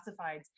classifieds